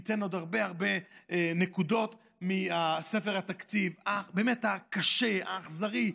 עוד אתן הרבה הרבה נקודות מספר התקציב באמת הקשה והאכזרי.